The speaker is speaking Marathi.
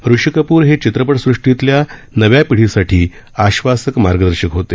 ऋषी कप्र हे चित्रपट सृष्टीतल्याल नव्या पिढीसाठी आश्वासक मार्गदर्शक होते